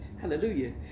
Hallelujah